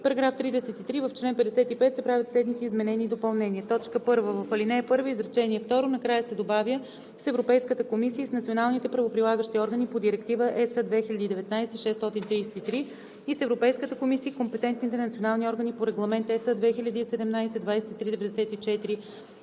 § 33: „§ 33. В чл. 55 се правят следните изменения и допълнения: 1. В ал. 1, изречение второ накрая се добавя „с Европейската комисия и с националните правоприлагащи органи по Директива (ЕС) 2019/633 и с Европейската комисия и компетентните национални органи по Регламент (ЕС) 2017/2394,